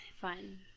fun